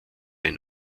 ein